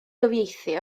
gyfieithu